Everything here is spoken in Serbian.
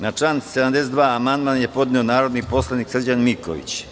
Na član 72. amandman je podneo narodni poslanik Srđan Miković.